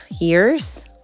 years